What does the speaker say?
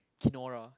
Kenora